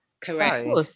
Correct